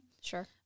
Sure